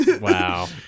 Wow